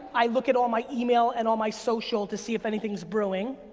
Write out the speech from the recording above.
i look at all my email and all my social to see if anything is brewing.